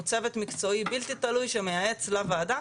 הוא צוות מקצועי בלתי תלוי שמייעץ לוועדה,